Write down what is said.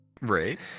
Right